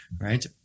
Right